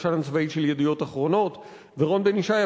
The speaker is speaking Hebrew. הפרשן הצבאי של "ידיעות אחרונות"; ורון בן-ישי,